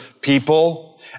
people